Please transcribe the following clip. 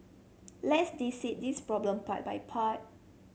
let's dissect this problem part by part